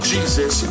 Jesus